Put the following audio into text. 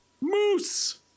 Moose